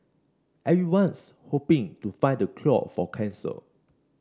everyone's hoping to find the cure for cancer